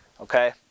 okay